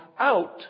out